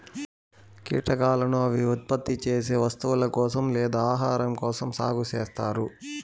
కీటకాలను అవి ఉత్పత్తి చేసే వస్తువుల కోసం లేదా ఆహారం కోసం సాగు చేత్తారు